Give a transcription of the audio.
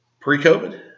pre-COVID